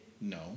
No